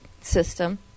system